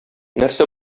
нәрсә